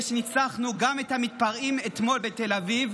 שניצחנו גם את המתפרעים אתמול בתל אביב,